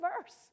verse